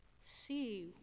see